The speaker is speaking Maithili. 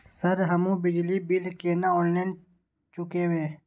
सर हमू बिजली बील केना ऑनलाईन चुकेबे?